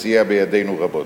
שסייע בידנו רבות.